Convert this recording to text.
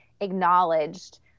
acknowledged